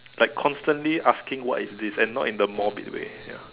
like constantly asking what is this and not in the morbid way ya